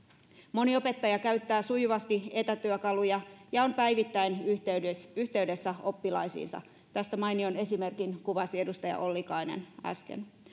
moni opettaja käyttää sujuvasti etätyökaluja ja on päivittäin yhteydessä yhteydessä oppilaisiinsa tästä mainion esimerkin kuvasi edustaja ollikainen äsken